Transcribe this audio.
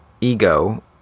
ego